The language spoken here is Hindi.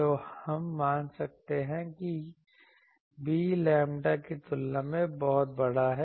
तो हम मान सकते हैं कि b लैम्ब्डा की तुलना में बहुत बड़ा है